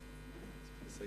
תסיים בבקשה.